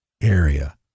area